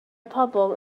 pobol